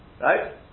Right